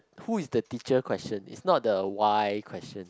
who is the teacher question it's not the why question